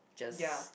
just